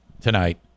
tonight